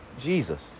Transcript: Jesus